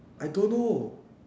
I don't know